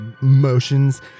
motions